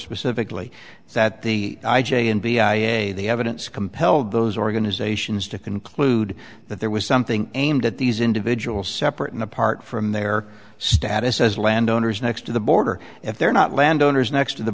specifically that the i j a n b i a the evidence compelled those organizations to conclude that there was something aimed at these individuals separate and apart from their status as land owners next to the border if they're not landowners next to the